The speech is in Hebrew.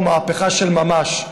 הוא מהפכה של ממש.